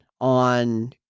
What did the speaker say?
on